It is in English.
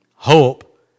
hope